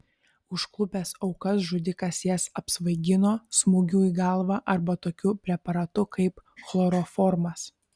užklupęs aukas žudikas jas apsvaigino smūgiu į galvą arba tokiu preparatu kaip chloroformas